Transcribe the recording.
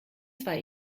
zwar